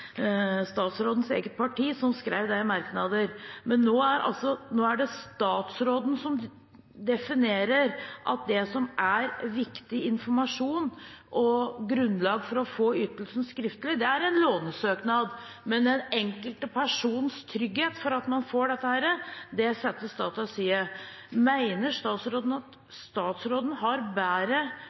i merknad. Men nå er det statsråden som definerer at det som er viktig informasjon og grunnlag for å få ytelsen skriftlig, er en lånesøknad, men den enkelte persons trygghet for at man får dette, settes til side. Mener statsråden at statsråden har bedre